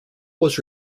was